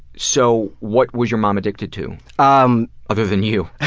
so what was your mom addicted to, um other than you?